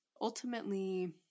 ultimately